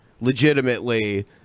Legitimately